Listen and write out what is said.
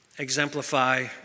exemplify